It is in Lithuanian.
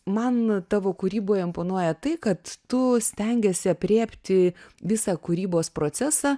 man tavo kūryboje imponuoja tai kad tu stengiesi aprėpti visą kūrybos procesą